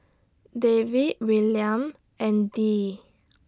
David Willaim and Dee